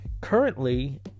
Currently